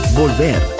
volver